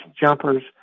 Jumpers